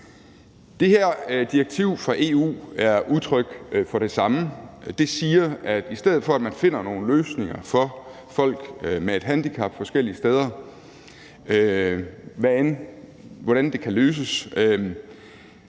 Det her direktiv fra EU er udtryk for det samme. Det siger, at i stedet for at man finder nogle løsninger for folk med et handicap forskellige steder, uanset hvordan det kan løses,